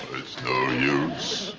it's no use.